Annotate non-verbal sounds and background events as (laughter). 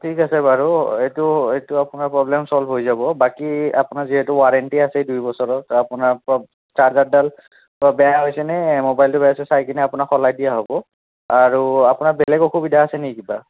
ঠিক আছে বাৰু এইটো এইটো আপোনাৰ প্ৰবলেম ছল্ভ হৈ যাব বাকী আপোনাৰ যিহেতু ৱাৰেণ্টি আছে দুইবছৰৰ আপোনাৰ (unintelligible) চাৰ্জাৰডাল বেয়া হৈছে নে মবাইলটো বেয়া হৈছে চাইকিনি আপোনাক সলাই দিয়া হ'ব আৰু আপোনাৰ বেলেগ অসুবিধা আছে নেকি কিবা